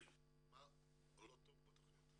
מה לא טוב בתכנית?